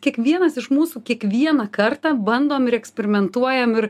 kiekvienas iš mūsų kiekvieną kartą bandom ir eksperimentuojam ir